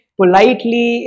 politely